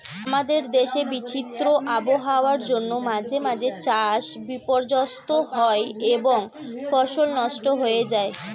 আমাদের দেশে বিচিত্র আবহাওয়ার জন্য মাঝে মাঝে চাষ বিপর্যস্ত হয় এবং ফসল নষ্ট হয়ে যায়